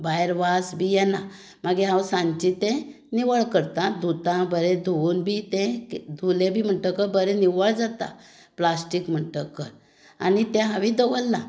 भायर वास बी येना मागीर हांव सांचें तें निवळ करतां धुतां बरें धुंवन बी तें के धुलें बी म्हणटकच बरें निवळ जाता प्लाश्टीक म्हणटकच आनी तें हांवें दवरलां